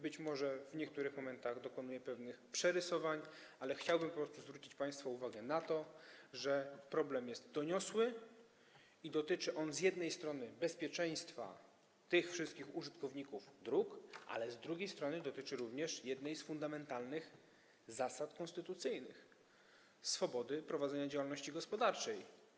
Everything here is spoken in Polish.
Być może w niektórych momentach dokonuję pewnych przerysowań, ale chciałbym po prostu zwrócić państwa uwagę na to, że problem jest doniosły i dotyczy on z jednej strony bezpieczeństwa wszystkich użytkowników dróg, ale z drugiej strony dotyczy również jednej z fundamentalnych zasad konstytucyjnych: swobody prowadzenia działalności gospodarczej.